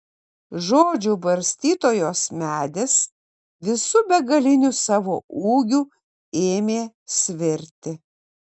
žodžių barstytojos medis visu begaliniu savo ūgiu ėmė svirti